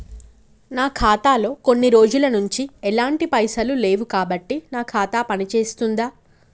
నా ఖాతా లో కొన్ని రోజుల నుంచి ఎలాంటి పైసలు లేవు కాబట్టి నా ఖాతా పని చేస్తుందా?